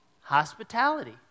hospitality